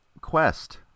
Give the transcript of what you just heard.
Quest